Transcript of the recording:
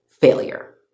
failure